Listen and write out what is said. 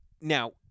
Now